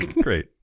great